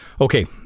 Okay